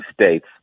states